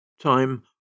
Time